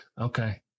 Okay